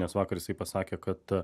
nes vakar jisai pasakė kad